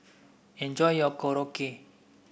enjoy your Korokke